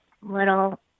little